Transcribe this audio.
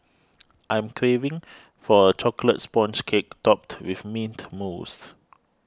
I am craving for a Chocolate Sponge Cake Topped with Mint Mousse